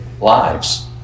lives